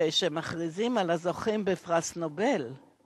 כאשר מכריזים על הזוכים בפרס נובל אנחנו